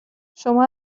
شما